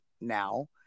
now